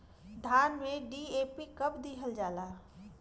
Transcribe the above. धान में डी.ए.पी कब दिहल जाला?